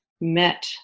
met